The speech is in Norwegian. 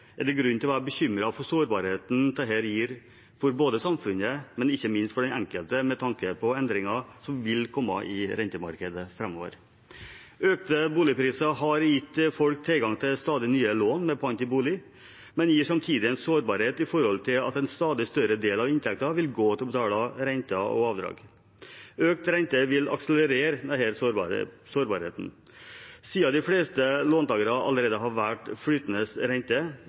er det grunn til å være bekymret for sårbarheten dette gir både for samfunnet og ikke minst for den enkelte, med tanke på endringer som vil komme i rentemarkedet framover. Økte boligpriser har gitt folk tilgang til stadig nye lån med pant i bolig, men gir samtidig en sårbarhet med tanke på at en stadig større del av inntekten vil gå til å betale renter og avdrag. Økt rente vil akselerere denne sårbarheten. Siden de fleste låntagere allerede har valgt flytende rente